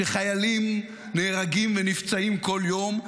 שחיילים נהרגים ונפצעים כל יום,